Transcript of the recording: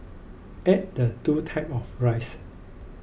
add the two type of rice